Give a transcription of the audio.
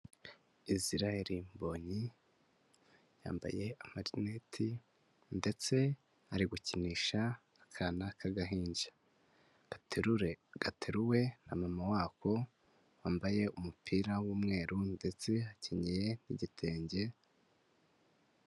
Israel Mbonyi yambaye amarineti ndetse ari gukinisha akana k'agahinja, gateruwe na mama wako wambaye umupira w'umweru ndetse akenyeye n'igitenge...